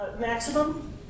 maximum